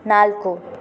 ನಾಲ್ಕು